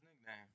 nickname